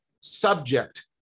subject